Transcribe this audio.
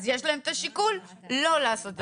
אז יש להם השיקול לא לעשות את זה.